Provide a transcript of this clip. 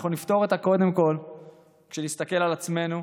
אנחנו נפתור אותה קודם כול כשנסתכל על עצמנו,